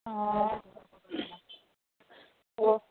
ꯑꯣ ꯑꯣ